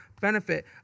benefit